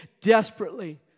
desperately